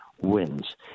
wins